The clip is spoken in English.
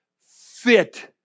fit